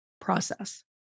process